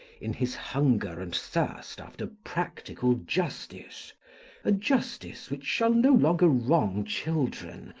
in his hunger and thirst after practical justice a justice which shall no longer wrong children,